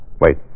Wait